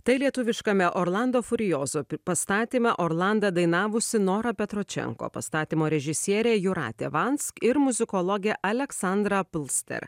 tai lietuviškame orlando furiozo pastatyme orlandą dainavusi nora petročenko pastatymo režisierė jūratė vansk ir muzikologė aleksandra pilster